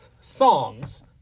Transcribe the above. songs